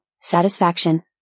satisfaction